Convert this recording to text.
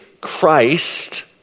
Christ